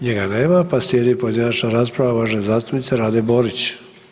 Njega nema, pa slijedi pojedinačna rasprava uvažene zastupnice Rade Borić.